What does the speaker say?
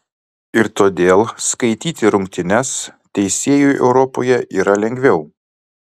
ir todėl skaityti rungtynes teisėjui europoje yra lengviau